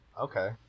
Okay